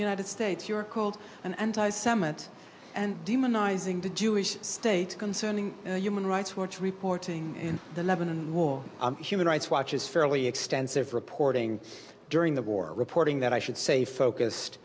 the united states you're called an anti semite and demonizing to jewish state concerning human rights watch reporting in the lebanon war human rights watch is fairly extensive reporting during the war reporting that i should say focused